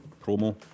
promo